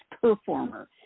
performer